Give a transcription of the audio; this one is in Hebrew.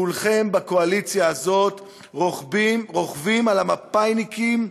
כולכם בקואליציה הזאת רוכבים על המפא"יניקים,